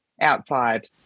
outside